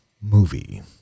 movie